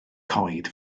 coed